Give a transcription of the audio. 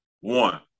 One